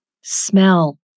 smell